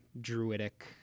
druidic